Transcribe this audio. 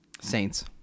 Saints